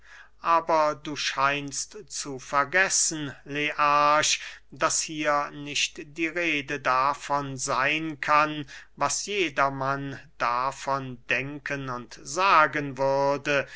aber du scheinst zu vergessen learch daß hier nicht die rede davon seyn kann was jedermann davon denken und sagen würde